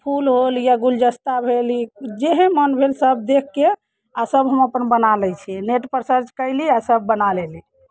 फूल होल या गुलदस्ता भेल ई जेहन मोन भेल सभ देखि कऽ आ सभ हम अपन बना लैत छियै नेटपर सर्च कयली आ सभ बना लेली